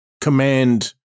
command